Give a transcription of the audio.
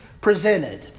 presented